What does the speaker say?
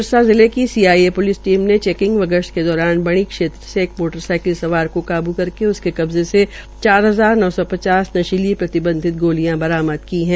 सिरसा जिले की CIA police team ने चैकिंग व गश्त के दौरान बणी क्षेत्र से एक मोटर साइकिल सवार को काब् करके उसके कब्जे से चार हजार नौ सौ पचास नशीली प्रतिबंधित गोलियां बरामद की है